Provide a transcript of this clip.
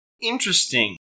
Interesting